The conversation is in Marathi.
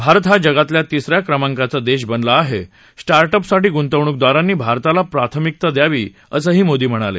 भारत हा जगातला तिसऱ्या क्रमांकाचा देश बनला आहे स्टार्ट अप साठी ग्ंतवणूकदारांनी भारताला प्राथमिकता द्यावी असंही मोदी म्हणाले